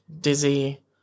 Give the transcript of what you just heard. Dizzy